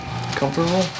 comfortable